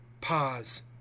PAUSE